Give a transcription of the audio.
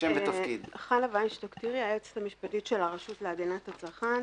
אני היועצת המשפטית של הרשות להגנת הצרכן.